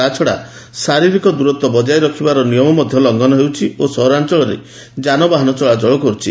ତାଛଡ଼ା ଶାରୀରିକ ଦୂରତ୍ୱ ବଜାୟ ରଖିବା ନିୟମର ମଧ୍ୟ ଲଙ୍ଘନ ହେଉଛି ଓ ସହରାଞ୍ଚଳରେ ଯାନବାହନ ଚଳାଚଳ କରୁଛି